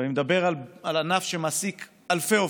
ואני מדבר על ענף שמעסיק אלפי עובדים,